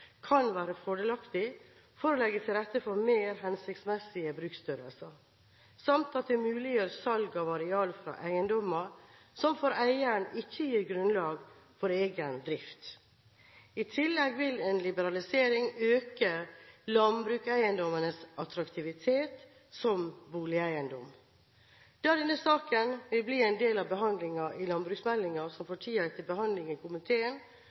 kan være fordelaktig for å legge til rette for mer hensiktsmessige bruksstørrelser, samt at det muliggjør salg av areal fra eiendommer som for eieren ikke gir grunnlag for egen drift. I tillegg vil en liberalisering øke landbrukseiendommers attraktivitet som boligeiendom. Da denne saken vil bli en del av behandlingen av landbruksmeldingen, som for tiden er til behandling i komiteen,